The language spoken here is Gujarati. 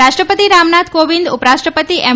રાષ્ટ્રપતિ રામનાથ કોવિંદ ઉપરાષ્ટ્રપતિ એમ